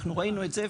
אנחנו ראינו את זה,